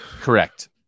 Correct